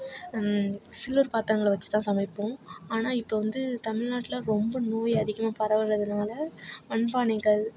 silver பாத்திரங்கள வச்சு தான் சமைப்போம் ஆனால் இப்போது வந்து தமிழ்நாட்டில் ரொம்ப நோய் அதிகமாக பரவுகிறதுனால மண்பானைகள்